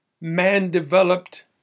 man-developed